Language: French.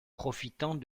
profitant